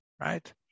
Right